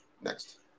Next